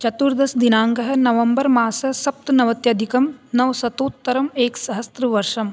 चतुर्दशदिनाङ्कः नवम्बर् मासः सप्तनवत्यधिकं नवशतोत्तरम् एक सहस्रवर्षम्